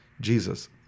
Jesus